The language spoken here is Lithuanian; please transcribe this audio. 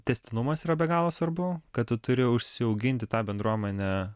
tęstinumas yra be galo svarbu kad tu turi užsiauginti tą bendruomenę